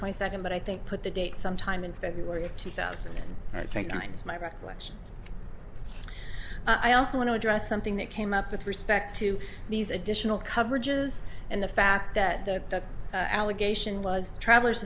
twenty second but i think put the date sometime in february of two thousand i think nine's my recollection i also want to address something that came up with respect to these additional coverages and the fact that the allegation was travelers